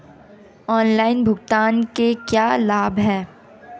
Online भुगतान के क्या लाभ हैं?